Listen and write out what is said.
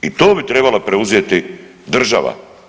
I to bi trebala preuzeti država.